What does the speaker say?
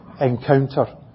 encounter